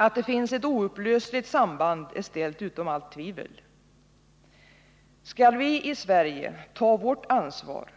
Att det finns ett oupplösligt samband är ställt utom allt tvivel. Skall vi i Sverige ta vårt ansvar